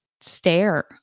stare